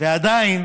ועדיין